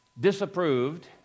disapproved